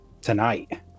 tonight